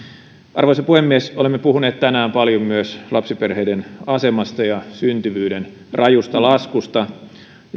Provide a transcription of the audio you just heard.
arvoisa puhemies olemme puhuneet tänään paljon myös lapsiperheiden asemasta ja syntyvyyden rajusta laskusta